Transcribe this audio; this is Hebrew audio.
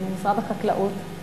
משרד החקלאות,